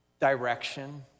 direction